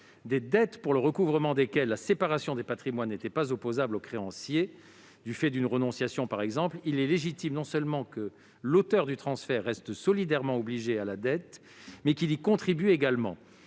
des dettes pour le recouvrement desquelles la séparation des patrimoines n'était pas opposable aux créanciers, du fait d'une renonciation, par exemple, il est légitime non seulement que l'auteur du transfert reste solidairement obligé à la dette, mais qu'il y contribue également.